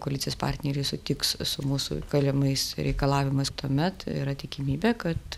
koalicijos partneriai sutiks su mūsų kaliamais reikalavimais tuomet yra tikimybė kad